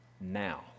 Now